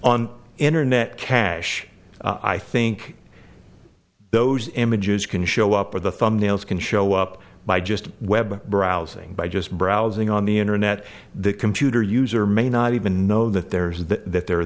on internet cache i think those images can show up with the thumbnails can show up by just web browsing by just browsing on the internet the computer user may not even know that there's that